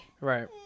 Right